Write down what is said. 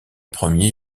premier